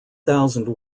thousand